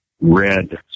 red